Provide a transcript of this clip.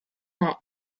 met